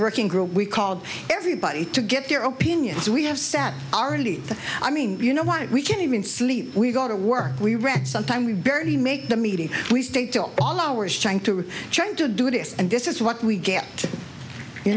ag grow we called everybody to get their opinions we have set already i mean you know what we can't even sleep we go to work we read sometime we barely make the meeting we stay till all hours trying to trying to do this and this is what we get